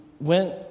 went